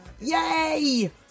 yay